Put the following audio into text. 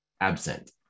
absent